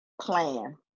plan